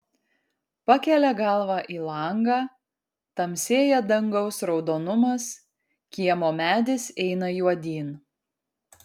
pakelia galvą į langą tamsėja dangaus raudonumas kiemo medis eina juodyn